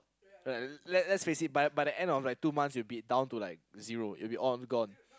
right let's let's face it by by the end of like two months you will be down to like zero it will be all gone